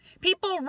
people